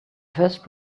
first